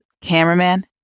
cameraman